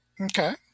Okay